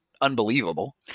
unbelievable